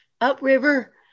Upriver